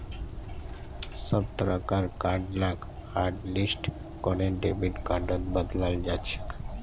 सब तरह कार कार्ड लाक हाटलिस्ट करे डेबिट कार्डत बदलाल जाछेक